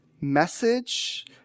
message